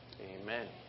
Amen